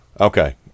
Okay